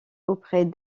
auprès